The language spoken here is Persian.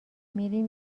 میریم